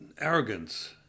arrogance